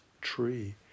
tree